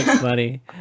funny